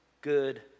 good